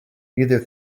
neither